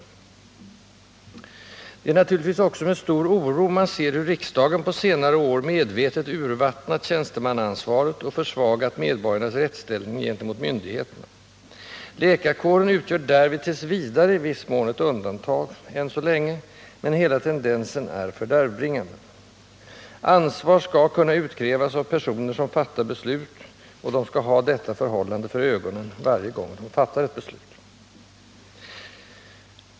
Det är naturligtvis också med stor oro man ser hur riksdagen på senare år medvetet urvattnat tjänstemannaansvaret och försvagat medborgarnas rättsställning gentemot myndigheterna. Läkarkåren utgör därvid t. v. i viss mån ett undantag, än så länge, men hela tendensen är fördärvbringande. Ansvar skall kunna utkrävas av personer som fattar beslut, och de skall ha detta förhållande för ögonen varje gång de fattar ett beslut.